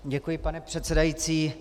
Děkuji, pane předsedající.